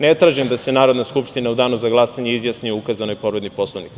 Ne tražim da se Narodna skupština u danu za glasanje izjasni o ukazanoj povredi Poslovnika.